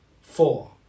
Four